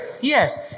Yes